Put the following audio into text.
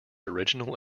original